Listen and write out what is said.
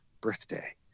birthday